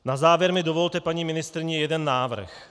Na závěr mi dovolte, paní ministryně, jeden návrh.